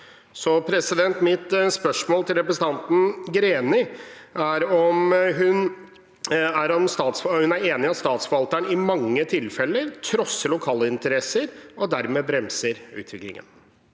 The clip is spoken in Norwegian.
dag) 2023 Mitt spørsmål til representanten Greni er om hun er enig i at statsforvalteren i mange tilfeller trosser lokale interesser og dermed bremser utviklingen.